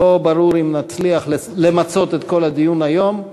לא ברור אם נצליח למצות את כל הדיון היום.